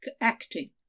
acting